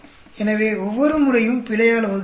எனவே ஒவ்வொரு முறையும் பிழையால் வகுக்கிறோம்